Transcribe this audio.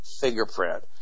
fingerprint